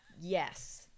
yes